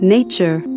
Nature